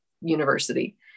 university